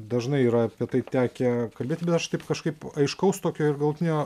dažnai yra apie tai tekę kalbėti bet aš taip kažkaip aiškaus tokio ir galutinio